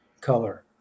color